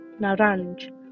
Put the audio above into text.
naranj